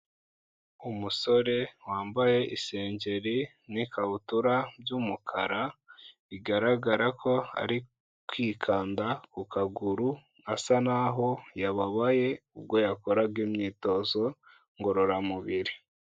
Umusore wambaye isengeri n'ikabutura by'umukara, bigaragara ko ari kwikanda ku kaguru asa naho yababaye, ubwo yakoraga imyitozo ngororamubiri.